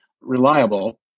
reliable